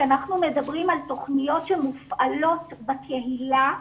כשאנחנו מדברים על תוכניות שמופעלות בקהילה,